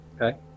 okay